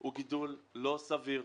זה גידול לא סביר.